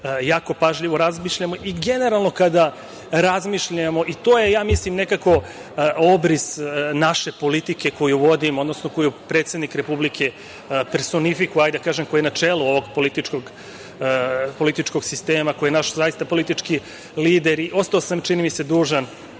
jako pažljivo razmišljamo. Generalno, kada razmišljamo i to je, ja mislim, nekako obris naše politike koju vodimo, odnosno koju predsednik Republike personifikuje, hajde da kažem, koji je na čelu ovog političkog sistema, koji je naš zaista politički lider. Ostao sam, čini mi se, dužan